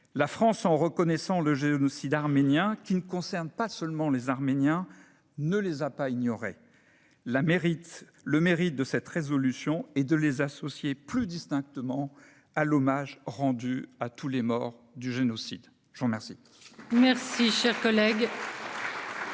La France, en reconnaissant le génocide arménien, qui ne concerne pas seulement les Arméniens, ne les a pas ignorés. Le mérite de cette proposition de résolution est de les associer plus distinctement à l'hommage rendu à tous les morts du génocide. La parole est à M. François Bonneau.